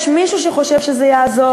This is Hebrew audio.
יש מישהו שחושב שזה יעזור?